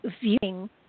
viewing